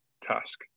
task